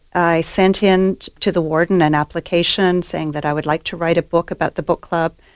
i sent in to the warden an application saying that i would like to write a book about the book club,